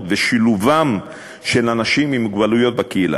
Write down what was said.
ושילובם של אנשים עם מוגבלויות בקהילה.